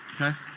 Okay